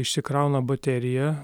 išsikrauna baterija